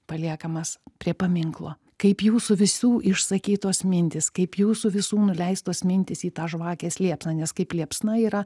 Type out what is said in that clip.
paliekamas prie paminklo kaip jūsų visų išsakytos mintys kaip jūsų visų nuleistos mintys į tą žvakės liepsną nes kaip liepsna yra